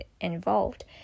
involved